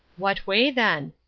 what way, then?